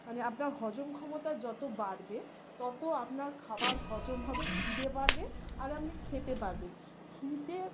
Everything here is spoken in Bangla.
মানে আপনার হজম ক্ষমতা যত বাড়বে তত আপনার খাবার হজম হবে খিদে বাড়বে আর আপনি খেতে পারবেন খিদে